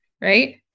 right